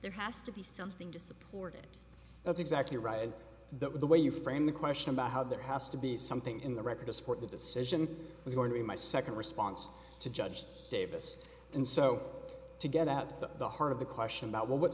there has to be film thing to support it that's exactly right the way you frame the question about how there has to be something in the record to support the decision was going to be my second response to judge davis and so to get out the heart of the question about what